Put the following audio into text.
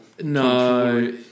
No